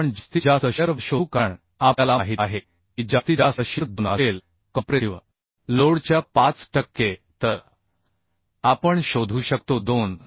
आता आपण जास्तीत जास्त शिअर V शोधू कारण आपल्याला माहित आहे की जास्तीत जास्त शिअर 2 असेल कॉम्प्रेसिव्ह लोडच्या 5 टक्के तर आपण शोधू शकतो 2